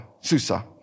Susa